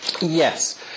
Yes